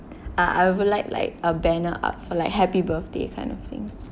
uh I would like a banner up for like happy birthday kind of thing